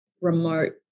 Remote